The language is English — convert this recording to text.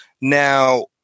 Now